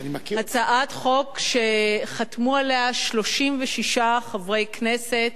הצעת חוק שחתמו עליה 36 חברי כנסת,